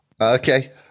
Okay